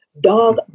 Dog